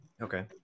Okay